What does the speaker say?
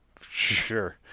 Sure